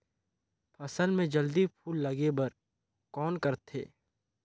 फसल मे जल्दी फूल लगे बर कौन करथे?